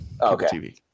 Okay